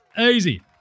Easy